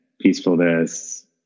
peacefulness